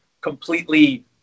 completely